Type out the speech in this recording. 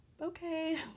Okay